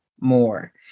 more